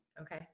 Okay